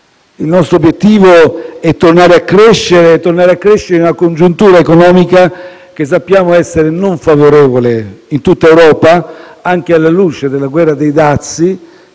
il nostro obiettivo è tornare a crescere in una congiuntura economica che sappiamo essere non favorevole in tutta Europa, anche alla luce della guerra dei dazi